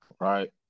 right